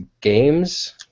games